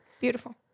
beautiful